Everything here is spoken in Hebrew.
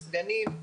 סגנים,